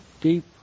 deep